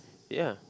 ya